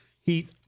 heat